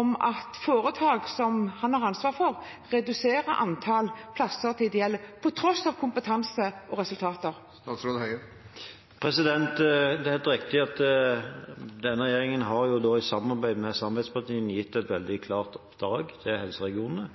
om at foretak som han har ansvaret for, reduserer antall plasser til de ideelle – på tross av kompetanse og resultater? Det er helt riktig at denne regjeringen i samarbeid med samarbeidspartiene har gitt et veldig klart oppdrag til helseregionene,